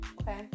okay